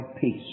peace